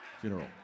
funeral